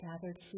gathered